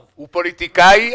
הוא פוליטיקאי,